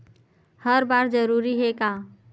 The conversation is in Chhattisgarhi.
हर बार जरूरी हे का?